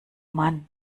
mann